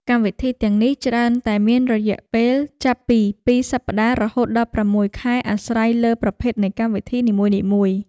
កម្មវិធីទាំងនេះច្រើនតែមានរយៈពេលចាប់ពីពីរសប្តាហ៍រហូតដល់ប្រាំមួយខែអាស្រ័យលើប្រភេទនៃកម្មវិធីនីមួយៗ។